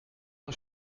een